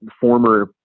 former